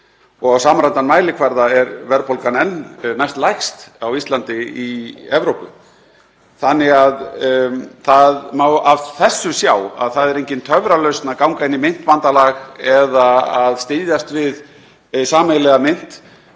samræmdan mælikvarða er verðbólgan enn næstlægst á Íslandi í Evrópu. Það má af þessu sjá að það er engin töfralausn að ganga í myntbandalag eða að styðjast við sameiginlega mynt,